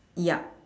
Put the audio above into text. yup